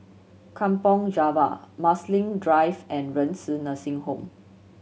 Kampong Java Marsiling Drive and Renci Nursing Home